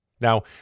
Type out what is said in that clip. Now